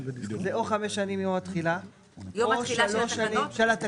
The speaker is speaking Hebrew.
זה או חמש שנים מיום התחילה של התקנות